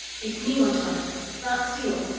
it's me, montano bart steele.